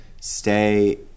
stay